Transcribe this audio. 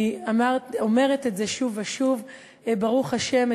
אני אומרת את זה שוב ושוב: ברוך השם,